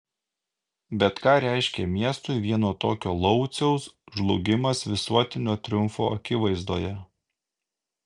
bet ką reiškė miestui vieno tokio lauciaus žlugimas visuotinio triumfo akivaizdoje